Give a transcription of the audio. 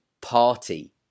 party